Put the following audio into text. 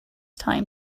time